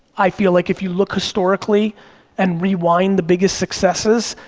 i feel like if you look historically and rewind the biggest successes,